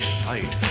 sight